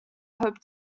hope